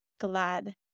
glad